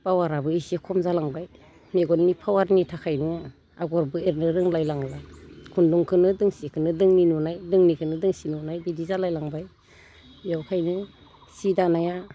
पावाराबो एसे खम जालांबाय मेगननि फावारनि थाखायनो आगरबो एरनो रोंलाय लांला खुन्दुंखोनो दोंसेखोनो दोंनै नुनाय दोंनैखोनो दोंसे नुनाय बिदि जालाय लांबाय बेवहायनो सि दानाया